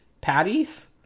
patties